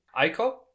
Aiko